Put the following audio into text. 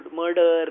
murder